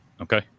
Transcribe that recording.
Okay